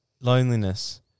loneliness